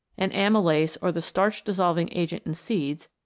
and amylase or the starch dissolving agent in seeds,